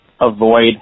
avoid